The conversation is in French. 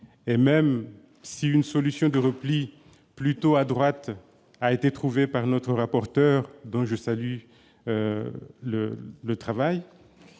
Même si une solution de repli plutôt adroite a été trouvée par notre rapporteur, dont je salue le travail,